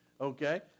okay